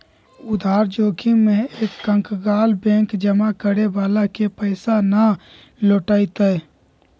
उधार जोखिम में एक कंकगाल बैंक जमा करे वाला के पैसा ना लौटय तय